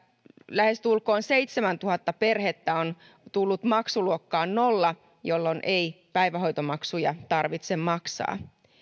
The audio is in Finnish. lähestulkoon seitsemäntuhatta perhettä on tullut maksuluokkaan nolla jolloin ei päivähoitomaksuja tarvitse maksaa